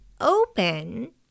open